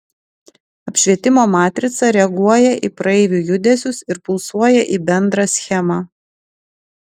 apšvietimo matrica reaguoja į praeivių judesius ir pulsuoja į bendrą schemą